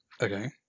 Okay